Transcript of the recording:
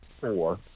four